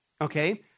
okay